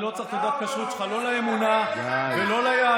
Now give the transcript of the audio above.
אני לא צריך את תעודת הכשרות שלך לא לאמונה ולא ליהדות,